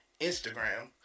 Instagram